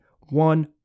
one